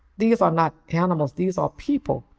these are not animals. these are people.